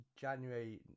January